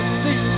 see